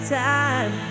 time